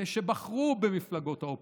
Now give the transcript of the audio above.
אלה שבחרו במפלגות האופוזיציה,